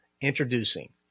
Introducing